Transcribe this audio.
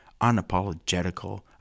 unapologetical